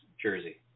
jersey